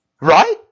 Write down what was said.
Right